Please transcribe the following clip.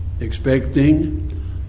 expecting